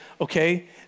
okay